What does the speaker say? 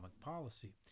policy